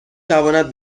تواند